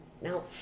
Now